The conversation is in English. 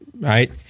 right